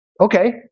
Okay